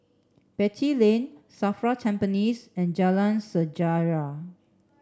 Beatty Lane SAFRA Tampines and Jalan Sejarah